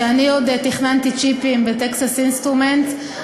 כשאני עוד תכננתי צ'יפים ב"טקסס אינסטרומנטס",